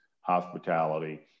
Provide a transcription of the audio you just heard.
hospitality